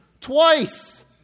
twice